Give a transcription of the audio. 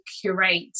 curate